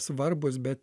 svarbūs bet